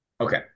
Okay